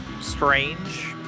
strange